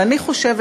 ואני חושבת,